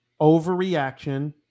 overreaction